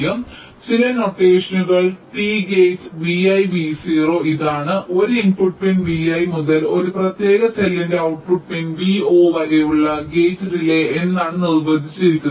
അതിനാൽ ചില നൊട്ടേഷനുകൾ ടി ഗേറ്റ് vi vo ഇതാണ് ഒരു ഇൻപുട്ട് പിൻ vi മുതൽ ഒരു പ്രത്യേക സെല്ലിന്റെ ഔട്ട്പുട്ട് പിൻ vo വരെയുള്ള ഗേറ്റ് ഡിലേയ് എന്നാണ് നിർവചിച്ചിരിക്കുന്നത്